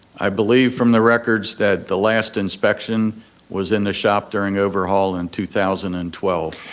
i believe from the records that the last inspection was in the shop during overhaul in two thousand and twelve.